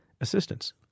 assistance